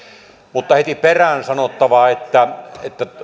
mutta heti perään on sanottava että